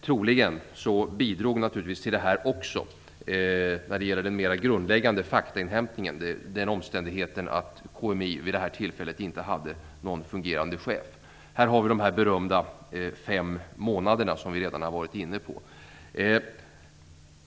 Troligen bidrog naturligtvis också när det gäller den mer grundläggande faktainhämtningen den omständigheten att KMI inte hade någon fungerande chef. Här har vi de berömda fem månaderna som vi redan har varit inne på.